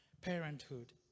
parenthood